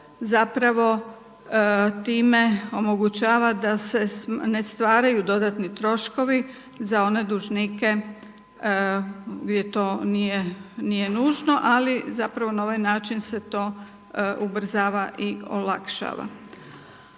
zapravo time omogućava da se ne stvaraju dodatni troškovi za one dužnike gdje to nije nužno, ali zapravo na ovaj način se to ubrzava i olakšava.